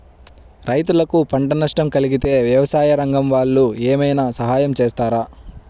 రైతులకు పంట నష్టం కలిగితే వ్యవసాయ రంగం వాళ్ళు ఏమైనా సహాయం చేస్తారా?